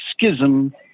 schism